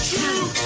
True